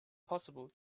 possible